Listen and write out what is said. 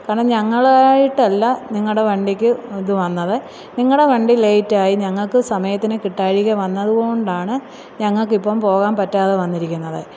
കാരണം ഞങ്ങളായിട്ടല്ല നിങ്ങളുടെ വണ്ടിക്ക് ഇത് വന്നത് നിങ്ങളുടെ വണ്ടി ലേയ്റ്റ് ആയി ഞങ്ങൾക്ക് സമയത്തിന് കിട്ടായിക വന്നത് കൊണ്ടാണ് ഞങ്ങൾക്ക് ഇപ്പം പോകാൻ പറ്റാതെ വന്നിരിക്കുന്നത്